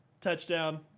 touchdown